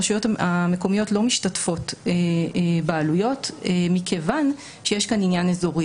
הרשויות המקומיות לא משתתפות בעלויות מכיוון שיש כאן עניין אזורי.